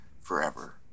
forever